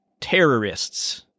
terrorists